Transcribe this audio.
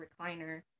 recliner